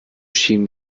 schieben